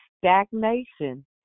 stagnation